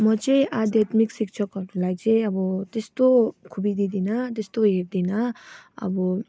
म चाहिँ आध्यात्मिक शिक्षकहरूलाई चाहिँ अब त्यस्तो खुबी दिँदिनँ त्यस्तो हेर्दिनँ अब